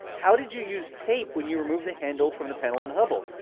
how did you use tape when you removed the handle from the panel on hubble?